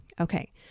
Okay